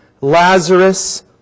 Lazarus